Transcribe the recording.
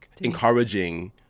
encouraging